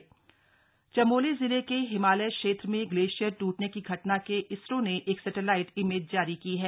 satellite तस्वीर चमोली जिले के हिमालय क्षेत्र में ग्लेशियर ट्रटने की घटना के इसरो ने एक सैटेलाइट इमेज जारी की है